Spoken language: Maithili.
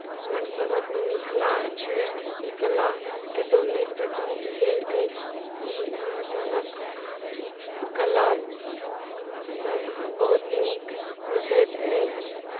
हमरसभक मिथिला छोड़ि ई कला कतहु नहि प्रचलित भेल अछि ई हमरसभक कलासभ बहुत नीक बुझैत अछि